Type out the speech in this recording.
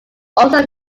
also